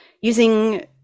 using